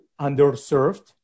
underserved